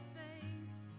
face